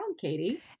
Katie